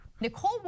Nicole